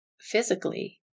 physically